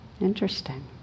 Interesting